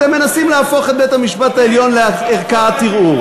אתם מנסים להפוך את בית-המשפט העליון לערכאת ערעור.